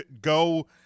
Go